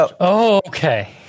okay